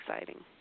exciting